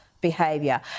Behavior